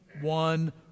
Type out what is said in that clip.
one